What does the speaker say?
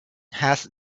has